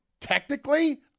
technically